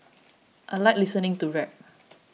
I like listening to rap